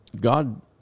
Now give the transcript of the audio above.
God